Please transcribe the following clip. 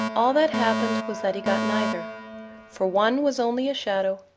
all that happened was that he got neither for one was only a shadow,